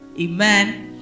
Amen